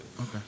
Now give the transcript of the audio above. Okay